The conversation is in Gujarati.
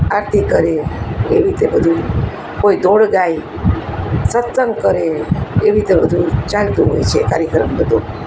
આરતી કરે એવી રીતે બધું કોઈ ધોળ ગાય સત્સંગ કરે એવી રીતે બધું ચાલતું હોય છે કાર્યક્રમ બધો